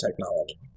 technology